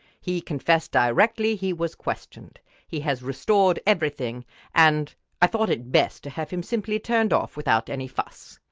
he confessed directly he was questioned. he has restored everything and i thought it best to have him simply turned off without any fuss.